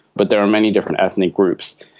but there are many different ethnic groups.